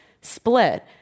split